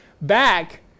back